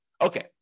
Okay